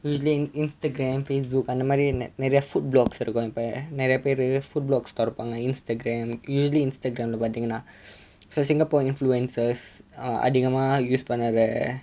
usually instagram facebook அந்த மாதிரி நிறைய:antha mathiri neraiya food blogs இருக்கும் இப்ப நிறைய பேர்:irukkum ippa neraiya per food blogs திறப்பாங்க:thirappaanga instagram usually instagram பாத்தீங்கன்னா:patheenganna so singapore influencers uh அதிகமா:athigama use பண்ற:panra